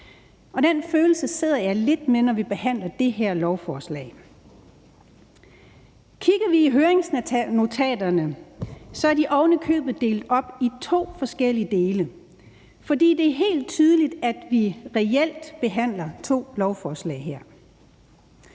den følelse sidder jeg lidt med, når vi behandler det her lovforslag. Kigger vi i høringsnotaterne, er de oven i købet delt op i to forskellige dele, fordi det er helt tydeligt, at vi reelt behandler to lovforslag her.